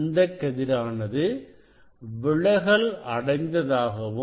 அந்த கதிரானது விலகல் அடைந்ததாகவும்